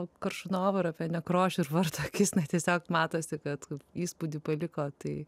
koršunovą ir apie nekrošių ir varto akis na tiesiog matosi kad įspūdį paliko tai